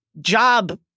job